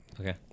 okay